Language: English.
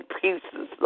pieces